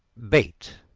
bait,